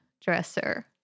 dresser